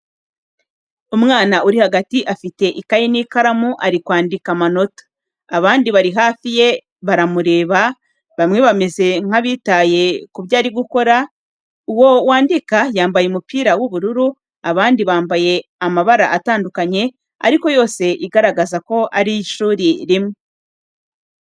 Umwana uri hagati afite ikaye n’ikaramu ari kwandika amanota. Abandi bari hafi ye baramureba, bamwe bameze nk’abitaye ku byo ari gukora. Uwo wandika yambaye umupira w'ubururu, abandi bambaye amabara atandukanye ariko yose igaragaza ko ari iy'ishuri rimwe.